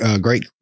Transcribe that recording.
great